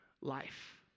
life